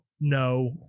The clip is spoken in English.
No